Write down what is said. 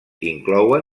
inclouen